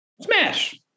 Smash